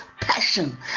passion